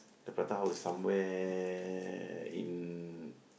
the prata house is somewhere in